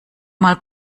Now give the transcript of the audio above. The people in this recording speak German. mal